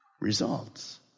results